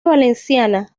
valenciana